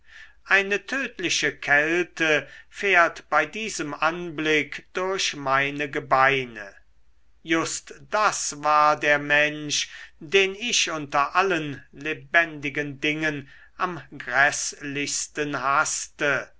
eine tödliche kälte fährt bei diesem anblick durch meine gebeine just das war der mensch den ich unter allen lebendigen dingen am gräßlichsten haßte